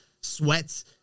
sweats